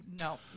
No